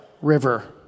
river